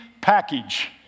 package